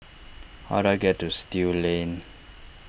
how do I get to Still Lane